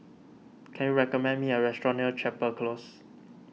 can you recommend me a restaurant near Chapel Close